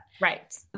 Right